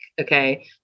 Okay